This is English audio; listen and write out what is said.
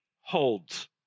holds